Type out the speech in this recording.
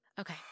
Okay